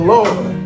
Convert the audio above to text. Lord